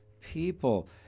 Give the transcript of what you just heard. People